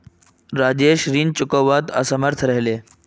राजेश ऋण चुकव्वात असमर्थ रह ले